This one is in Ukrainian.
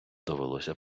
довелося